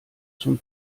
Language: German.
zum